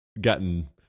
gotten